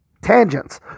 Tangents